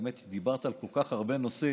האמת, דיברת על כל כך הרבה נושאים